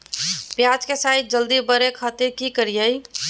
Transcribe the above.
प्याज के साइज जल्दी बड़े खातिर की करियय?